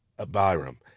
Abiram